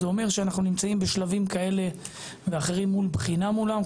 זה אומר שאנחנו נמצאים בשלבים כאלה ואחרים מול בחינה מולם.